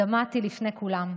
דמעתי בפני כולם.